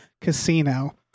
Casino